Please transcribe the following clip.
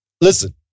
listen